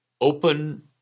open